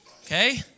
Okay